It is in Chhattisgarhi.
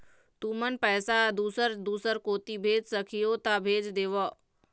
तुमन पैसा दूसर दूसर कोती भेज सखीहो ता भेज देवव?